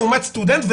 לעומת סטודנט?